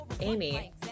Amy